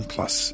Plus